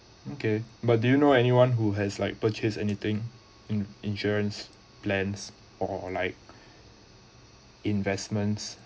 okay but do you know anyone who has like purchase anything in insurance plans or like investments